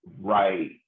right